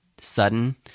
sudden